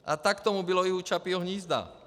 A tak tomu bylo i u Čapího hnízda.